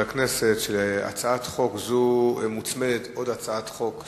הכנסת שלהצעת חוק זו מוצמדת עוד הצעת חוק,